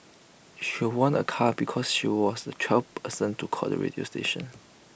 she won A car because she was the twelfth person to call the radio station